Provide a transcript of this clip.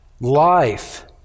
life